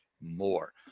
more